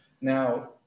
Now